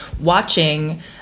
watching